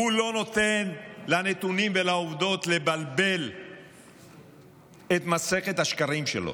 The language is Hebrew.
הוא לא נותן לנתונים ולעובדות לבלבל את מסכת השקרים שלו.